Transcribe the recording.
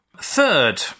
third